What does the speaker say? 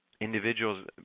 individuals